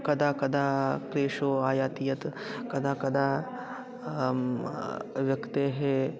कदा कदा क्लेषो आयाति यत् कदा कदा व्यक्तेः